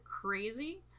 crazy